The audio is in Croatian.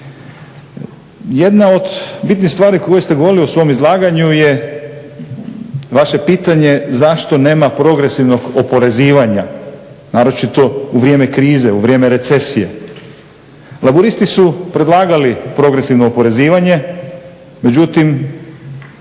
Jedna od bitnih stvari koje ste govorili u svom izlaganju je vaše pitanje zašto nema progresivnog oporezivanja naročito u vrijeme krize, u vrijeme recesije. Laburisti su predlagali progresivno oporezivanje međutim